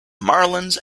marlins